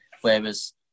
Whereas